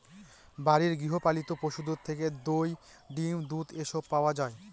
বাড়ির গৃহ পালিত পশুদের থেকে দই, ডিম, দুধ এসব পাওয়া যায়